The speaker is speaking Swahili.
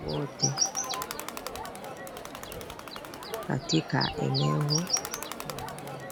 wote katika eneo maalum.